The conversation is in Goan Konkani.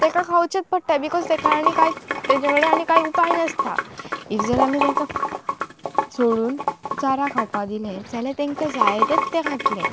ताका खावचेच पडटा बिकोज तेका आनी कांय तेज कडेन आनी कांय उपाय नासता एक जर आमी तांकां सोडून चारा खावपाक दिलें जाल्यार तेंकां जाय तेच तें घातलें